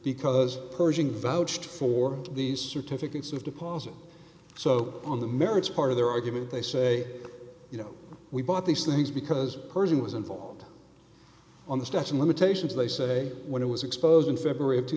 because purging vouched for these certificates of deposit so on the merits part of their argument they say you know we bought these things because person was involved on the statue of limitations they say when it was exposed in february of two